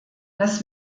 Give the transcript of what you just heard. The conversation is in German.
das